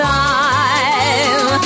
time